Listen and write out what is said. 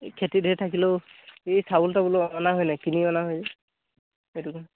এই খেতি ধেৰ থাকিলেও এই চাউল